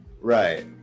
Right